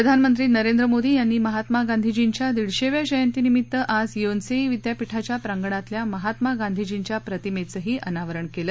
प्रधानमंत्री नरेंद्र मोदी यांनी महात्मा गांधींच्या दीडशेव्या जयंतीनिमित्त आज योनसेई विद्यापीठाच्या प्रांगणातल्या महात्मा गांधीच्या प्रतिमेचंही अनावरण केलं